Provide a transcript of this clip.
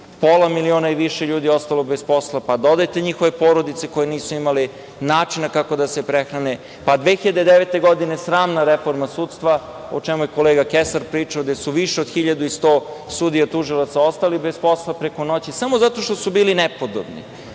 Pola miliona i više ljudi ostalo je bez posla, pa dodajte njihove porodice koje nisu imale načina kako da se prehrane, pa 2009. godine sramna reforma sudstva, o čemu je kolega Kesar pričao, gde su više od 1.100 sudija i tužilaca ostali bez posla preko noći samo zato što su bili nepodobni,